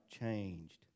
changed